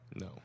No